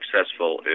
successful